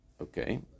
Okay